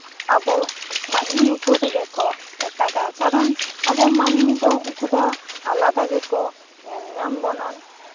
ᱟᱵᱚ ᱢᱟᱹᱱᱢᱤ ᱩᱯᱚᱨ ᱨᱮᱜᱮ ᱠᱚ ᱮᱴᱟᱜᱟ ᱠᱟᱨᱚᱱ ᱟᱵᱚ ᱢᱟ ᱱᱢᱤ ᱫᱚ ᱩᱱᱠᱩ ᱫᱚ ᱟᱞᱟᱫᱟ ᱜᱮᱠᱚ ᱧᱮᱞ ᱧᱟᱢ ᱵᱚᱱᱟ